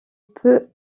peu